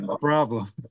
problem